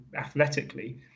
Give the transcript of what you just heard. athletically